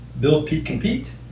buildpeakcompete